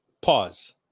Pause